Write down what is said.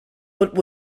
but